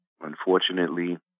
unfortunately